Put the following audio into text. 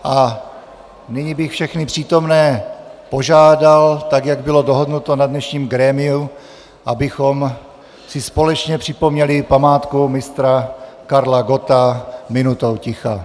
A nyní bych všechny přítomné požádal, tak jak bylo dohodnuto na dnešním grémiu, abychom si společně připomněli památku Mistra Karla Gotta minutou ticha.